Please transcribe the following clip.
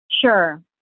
Sure